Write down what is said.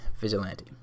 vigilante